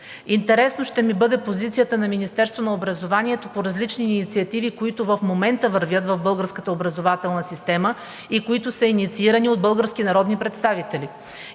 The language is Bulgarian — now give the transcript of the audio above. Интересна ще ми бъде позицията на Министерството на образованието по различни инициативи, които в момента вървят в българската образователна система и които са инициирани от български народни представители.